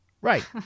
Right